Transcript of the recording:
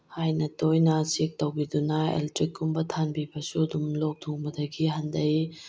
ꯍꯥꯏꯅ ꯇꯣꯏꯅ ꯆꯦꯛ ꯇꯧꯕꯤꯗꯨꯅ ꯑꯦꯂꯦꯛꯇ꯭ꯔꯤꯛ ꯀꯨꯝꯕ ꯊꯥꯟꯕꯤꯕꯁꯨ ꯑꯗꯨꯝ ꯂꯣꯛ ꯊꯨꯡꯕꯗꯒꯤ ꯍꯟꯊꯩ